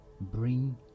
Bring